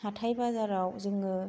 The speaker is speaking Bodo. हाथाय बाजाराव जोङो